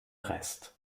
rest